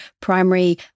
primary